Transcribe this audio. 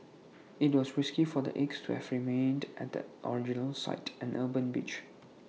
IT was risky for the eggs to have remained at the original site an urban beach